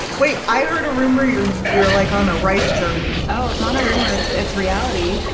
wait. i heard a rumor you're you're like on a rice journey oh. it's not a rumor, it's it's reality.